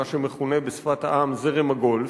מה שמכונה בשפת העם "זרם הגולף",